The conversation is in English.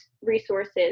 resources